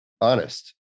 honest